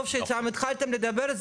טוב שהתחלתם לדבר,